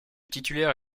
titulaire